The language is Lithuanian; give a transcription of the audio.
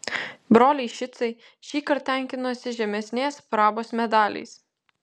broliai šicai šįkart tenkinosi žemesnės prabos medaliais